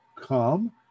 come